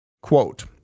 Quote